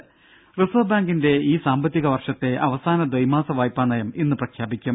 ദേദ റിസർവ് ബാങ്കിന്റെ ഈ സാമ്പത്തിക വർഷത്തെ അവസാന ദ്വൈമാസ വായ്പാ നയം ഇന്ന് പ്രഖ്യാപിക്കും